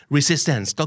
Resistance